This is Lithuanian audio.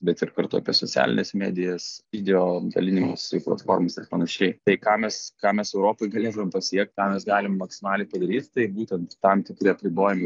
bet ir kartu apie socialines medijas video dalinimosi platformos ir panašiai tai ką mes ką mes europoj galėtumėm pasiekt tą mes galim maksimaliai padaryt tai būtent tam tikri apribojimai